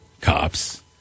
cops